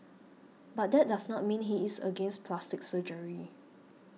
but that does not mean he is against plastic surgery